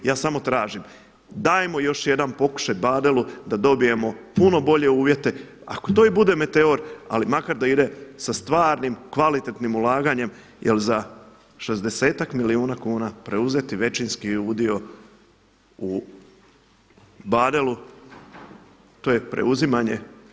Ja samo tražim dajmo još jedan pokušaj Badelu da dobijemo puno bolje uvjete, ako to i bude Meteor ali makar da ide sa stvarnim kvalitetnim ulaganjem jel za šezdesetak milijuna kuna preuzeti većinski udio u Badelu to je preuzimanje.